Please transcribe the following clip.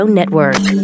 Network